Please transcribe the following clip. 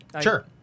Sure